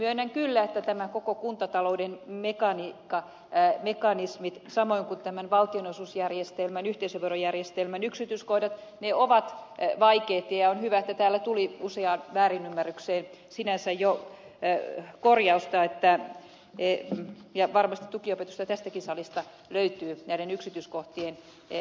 myönnän kyllä että tämä koko kuntatalouden mekaniikka mekanismit samoin kuin valtionosuusjärjestelmän ja yhteisöverojärjestelmän yksityiskohdat ovat vaikeita ja on hyvä että täällä tuli useaan väärinymmärrykseen sinänsä jo korjausta ja varmasti tukiopetusta tästäkin salista löytyy näiden yksityiskohtien hiomiseen